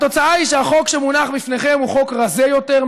התוצאה היא שהחוק שמונח בפניכם הוא חוק רזה יותר,